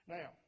Now